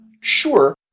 Sure